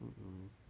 mm mm